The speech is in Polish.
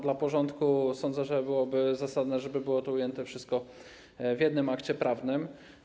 Dla porządku sądzę, że byłoby zasadne, żeby było to wszystko ujęte w jednym akcie prawnym.